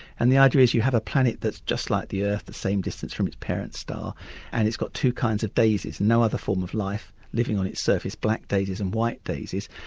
and the idea is you have a planet that's just like the earth, the same distance from its parents' star and it's got two kinds of daisies, no other form of life, living on its surface, black daisies and white daisies.